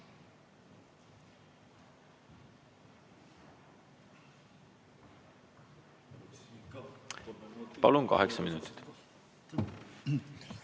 Palun, kaheksa minutit.